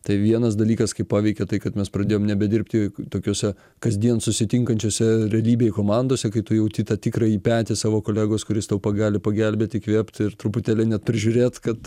tai vienas dalykas kaip paveikė tai kad mes pradėjom nebedirbti tokiuose kasdien susitinkančiose realybėj komandose kai tu jauti tą tikrąjį petį savo kolegos kuris tau gali pagelbėt įkvėpt ir truputėlį net prižiūrėt kad